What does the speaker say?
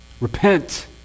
Repent